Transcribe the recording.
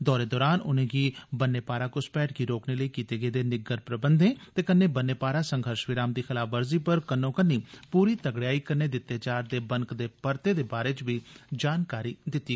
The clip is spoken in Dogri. दौरे दौरान उनेंगी बन्ने पारा घुसपैठ गी रोकने लेई कीते गेदे निग्गर प्रबंधें ते कन्नै बन्ने पारा संघर्ष विराम दी खलाफवर्जी पर कन्नो कन्नी पूरी तगड़ेयाई कन्नै दिते जार'दे बनकदे परते दे बारै च जानकारी दिती